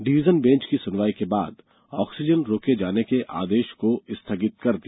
division bench ने सुनवाई के बाद ऑक्सीजन रोके जाने के आदेश को स्थगित कर दिया